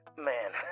Man